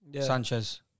Sanchez